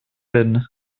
bin